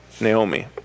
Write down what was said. Naomi